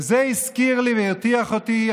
וזה הזכיר לי והרתיח אותי,